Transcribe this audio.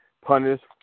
punished